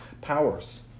powers